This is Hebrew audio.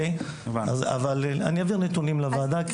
אבל אני אעביר נתונים לוועדה.